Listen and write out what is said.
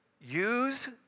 Use